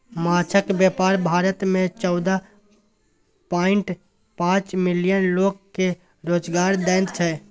माछक बेपार भारत मे चौदह पांइट पाँच मिलियन लोक केँ रोजगार दैत छै